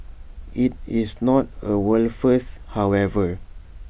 IT is not A world first however